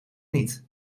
niet